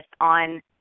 on